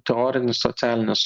teorinis socialinis